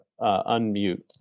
unmute